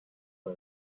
for